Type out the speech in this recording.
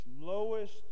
lowest